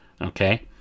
Okay